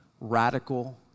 radical